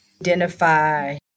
Identify